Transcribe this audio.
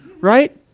right